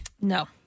No